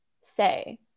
say